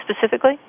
specifically